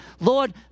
Lord